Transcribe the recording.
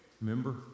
Remember